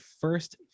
first